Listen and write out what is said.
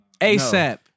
ASAP